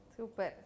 Super